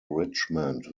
richmond